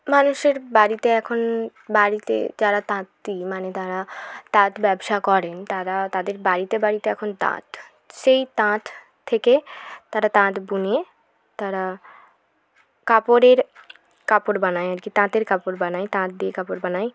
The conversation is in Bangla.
মানুষের বাড়িতে এখন বাড়িতে যারা তাঁতি মানে দারা তাঁত ব্যবসা করেন তারা তাদের বাড়িতে বাড়িতে এখন তাঁত সেই তাঁত থেকে তারা তাঁত বুনে তারা কাপড়ের কাপড় বানায় আর কি তাঁতের কাপড় বানায় তাঁত দিয়ে কাপড় বানায়